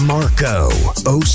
Marco